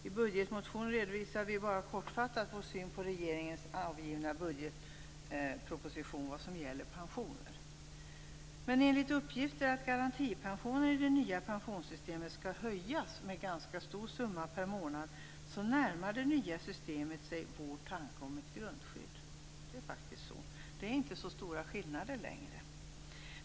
I budgetmotionen redovisar vi bara kortfattat vår syn på regeringens avgivna budgetproposition vad gäller pensioner. Men enligt uppgift skall garantipensionen i det nya pensionssystemet höjas med en ganska stor summa per månad, och därmed närmar sig det nya systemet vår tanke om ett grundskydd. Det är inte längre så stora skillnader.